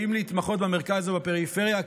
אם להתמחות במרכז או בפריפריה,